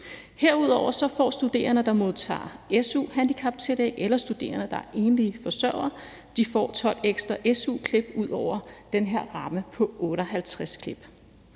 Herudover får studerende, der modtager su-handicaptillæg, eller studerende, der er enlige forsørgere, 12 ekstra su-klip ud over den her ramme på 58 klip.